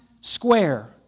square